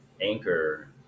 Anchor